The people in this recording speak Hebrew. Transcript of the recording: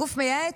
גוף מייעץ,